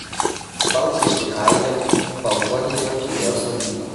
baltriškių kaime baltuonienė turėjo sodybą